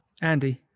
Andy